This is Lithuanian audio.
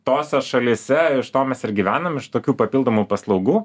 tose šalyse iš to mes ir gyvenam iš tokių papildomų paslaugų